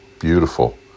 beautiful